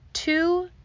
Two